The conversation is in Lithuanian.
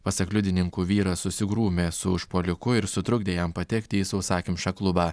pasak liudininkų vyras susigrūmė su užpuoliku ir sutrukdė jam patekti į sausakimšą klubą